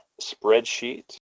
spreadsheet